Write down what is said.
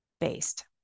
based